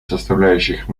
составляющих